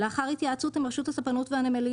לאחר התייעצות עם רשות הספנות והנמלים